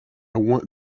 want